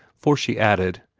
for she added,